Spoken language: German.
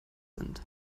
sind